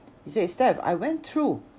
she say steff I went through